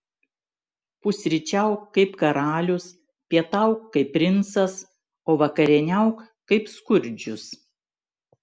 pusryčiauk kaip karalius pietauk kaip princas o vakarieniauk kaip skurdžius